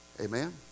Amen